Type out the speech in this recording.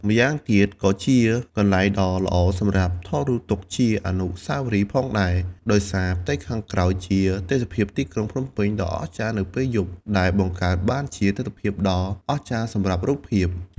ម្យ៉ាងទៀត ក៏ជាកន្លែងដ៏ល្អសម្រាប់ថតរូបទុកជាអនុស្សាវរីយ៍ផងដែរ ដោយសារផ្ទៃខាងក្រោយជាទេសភាពទីក្រុងភ្នំពេញដ៏អស្ចារ្យនៅពេលយប់ ដែលបង្កើតបានជាទិដ្ឋភាពដ៏អស្ចារ្យសម្រាប់រូបភាព។